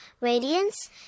radiance